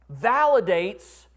validates